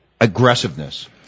aggressiveness